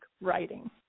writing